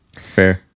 Fair